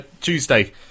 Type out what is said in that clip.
Tuesday